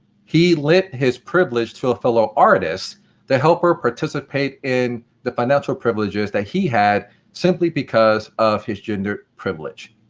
he lent his privilege to a fellow artist to help her participate in the financial privileges that he had simply because of his gender privilege.